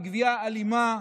היא גבייה אלימה.